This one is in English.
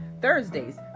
Thursdays